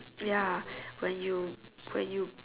ya when you when you